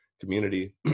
Community